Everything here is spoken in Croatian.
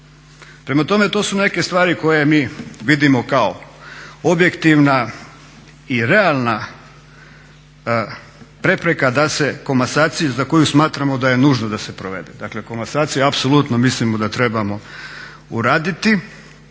Prema tome, to su neke stvari koje mi vidimo kao objektivna i realna prepreka da se komasaciju za koju smatramo da je nužno da se provode, dakle komasaciju apsolutno mislimo da trebamo uraditi